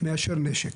מאשר נשק.